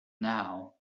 now